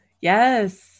Yes